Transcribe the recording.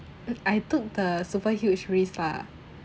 I took the super huge risk ah